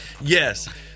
yes